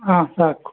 ಹಾಂ ಸಾಕು